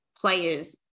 players